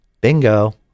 bingo